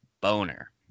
Boner